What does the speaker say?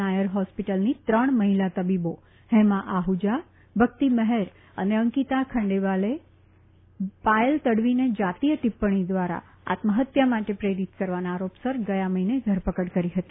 નાયર હોસ્પિટલની ત્રણ મહિલા તબીબો હેમા આહુજા ભક્તિ મેહેર અને અંકિતા ખંડેલવાલે પાયલ તડવીને જાતીય ટિપ્પણી દ્વારા આત્યહત્યા માટે પ્રેરીત કરવાના આરોપસર ગયા મહિને ધરપકડ કરવામાં આવી છે